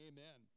Amen